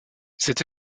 cette